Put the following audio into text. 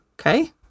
Okay